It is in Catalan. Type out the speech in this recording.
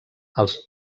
els